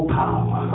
power